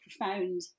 profound